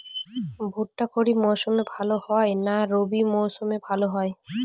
ভুট্টা খরিফ মৌসুমে ভাল হয় না রবি মৌসুমে ভাল হয়?